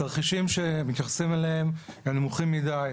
התרחישים שמתייחסים אליהם, הם נמוכים מידי.